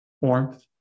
warmth